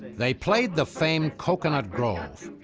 they played the famed coconut grove,